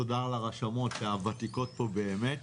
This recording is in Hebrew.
תודה לרשמות הוותיקות פה באמת.